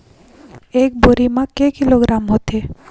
एक बोरी म के किलोग्राम होथे?